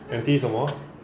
empty 什么